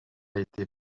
été